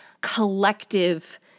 collective